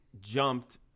jumped